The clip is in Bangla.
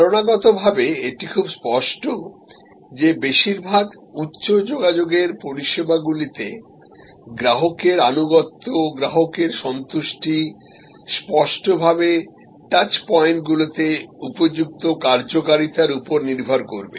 ধারণাগতভাবে এটি খুব স্পষ্ট যে বেশিরভাগ উচ্চ যোগাযোগের পরিষেবাগুলিতে গ্রাহকের আনুগত্য গ্রাহকের সন্তুষ্টি স্পষ্টভাবে টাচ পয়েন্টগুলিতে উপযুক্ত কার্যকারিতার উপর নির্ভর করবে